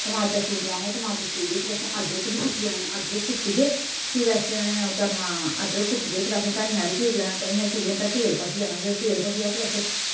टमाटर छुरी लैने टमाटर छूरियै फिर असें अदरक बी कुट्टी लैना अदरक कुट्टियै फिर असें ओह् करना अदरक कुट्टियै फिर असें धनिया बी चीरी लैना धनिया चीरियै तां तेल भक्खी जाना जिल्लै तेल भखना फिर असैं